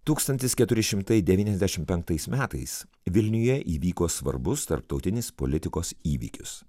tūkstantis keturi šimtai devyniasdešim penktais metais vilniuje įvyko svarbus tarptautinis politikos įvykis